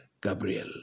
Gabriel